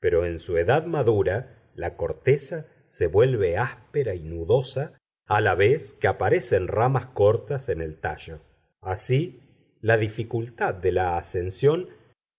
pero en su edad madura la corteza se vuelve áspera y nudosa a la vez que aparecen ramas cortas en el tallo así la dificultad de la ascensión